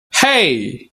hey